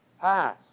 pass